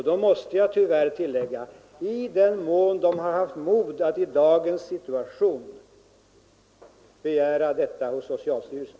Då måste jag tyvärr tillägga: i den mån de har haft mod att i dagens situation begära detta hos socialstyrelsen!